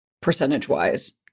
percentage-wise